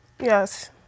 Yes